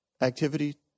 activity